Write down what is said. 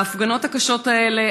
ההפגנות הקשות האלה,